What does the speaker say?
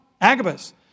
Agabus